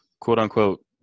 quote-unquote